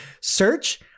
search